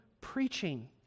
preaching